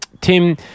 Tim